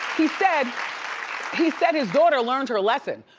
he said he said his daughter learned her lesson.